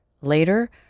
Later